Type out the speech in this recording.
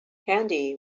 handy